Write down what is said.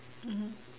mmhmm